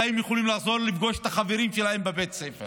מתי הם יכולים לחזור לפגוש את החברים שלהם בבית ספר